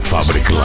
Fabric